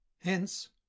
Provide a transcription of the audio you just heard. Hence